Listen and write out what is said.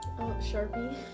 Sharpie